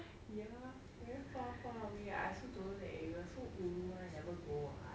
ya very far far away I also don't know that area so ulu I never go [what]